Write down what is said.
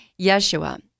Yeshua